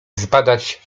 zbadać